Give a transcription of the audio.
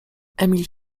emil